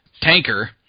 tanker